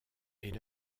est